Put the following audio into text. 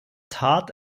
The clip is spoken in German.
tat